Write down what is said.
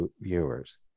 viewers